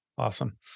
Awesome